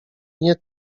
nie